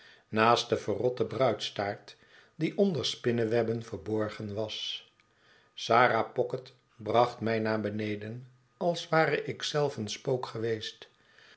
naast de verrotte bruidstaart die onder spinnewebben verborgen was sarah pocket bracht mij naar beneden als ware ik zelf een spook geweest